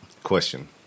question